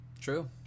True